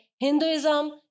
Hinduism